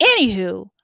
Anywho